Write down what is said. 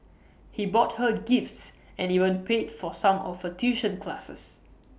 he bought her gifts and even paid for some of her tuition classes